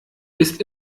ist